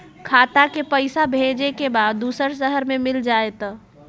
खाता के पईसा भेजेए के बा दुसर शहर में मिल जाए त?